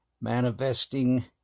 manifesting